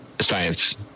Science